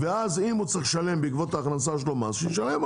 ואם הוא צריך לשלם מס בעקבות ההכנסה שלו, שישלם.